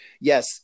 yes